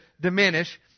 diminish